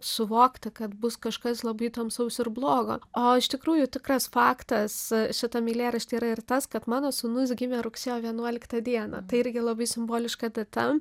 suvokti kad bus kažkas labai tamsaus ir blogo o iš tikrųjų tikras faktas šitam eilėrašty yra ir tas kad mano sūnus gimė rugsėjo vienuoliktą dieną tai irgi labai simboliška data